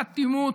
באטימות,